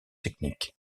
techniques